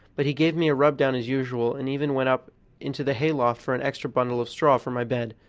but he gave me a rub-down as usual, and even went up into the hayloft for an extra bundle of straw for my bed.